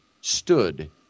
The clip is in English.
stood